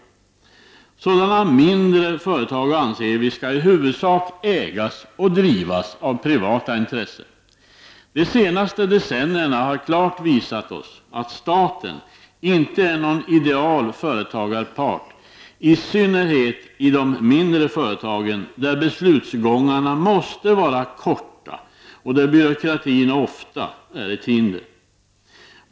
Vi i moderata samlingspartiet anser att sådana mindre företag i huvudsak skall ägas och drivas av privata intressen. De senaste decennierna har klart visat att staten inte är någon ideal företagarpart, i synnerhet inte i de mindre företagen där beslutsgångarna måste vara korta och där byråkratin ofta är ett hinder.